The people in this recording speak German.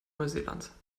neuseelands